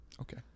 Okay